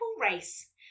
race